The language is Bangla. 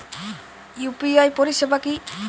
ইউ.পি.আই পরিসেবা কি?